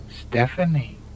Stephanie